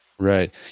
Right